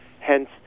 Hence